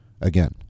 Again